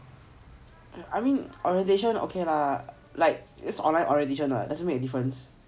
I mean orientation okay lah like it's online orientation lah doesn't make a difference